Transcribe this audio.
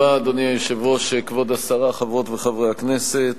היושב-ראש, כבוד השרה, חברות וחברי הכנסת,